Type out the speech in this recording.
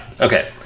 okay